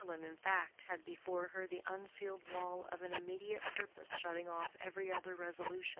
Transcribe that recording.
gwendolen in fact had before her the unsealed wall of an immediate purpose shutting off every other resolution.